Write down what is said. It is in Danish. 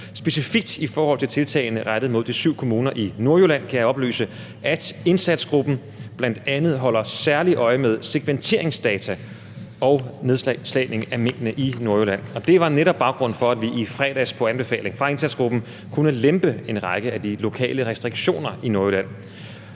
Specifikt i forhold til tiltagene rettet mod de syv kommuner i Nordjylland kan jeg oplyse, at indsatsgruppen bl.a. holder særligt øje med segmenteringsdata og nedslagning af minkene i Nordjylland, og det var netop baggrunden for, at vi i fredags på anbefaling fra indsatsgruppen kunne lempe en række af de lokale restriktioner i